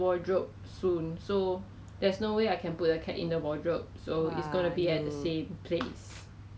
so 我上面 err 上面那个 liquid 就是我就放 cheese 跟 butter